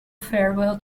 farewell